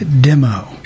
demo